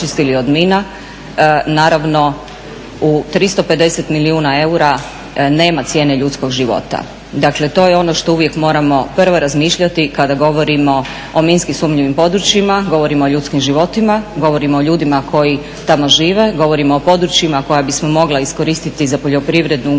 u 350 milijuna eura nema cijene ljudskog života. Dakle, to je ono što uvijek moramo prvo razmišljati kada govorimo o minski sumnjivim područjima, govorimo o ljudskim životima, govorimo o ljudima koji tamo žive, govorimo o područjima koja bismo mogli iskoristiti za poljoprivrednu,